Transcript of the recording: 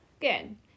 good